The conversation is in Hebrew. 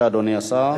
אדוני השר, בבקשה.